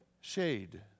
shade